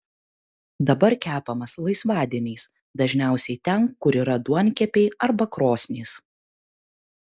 dabar kepamas laisvadieniais dažniausiai ten kur yra duonkepiai arba krosnys